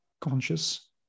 conscious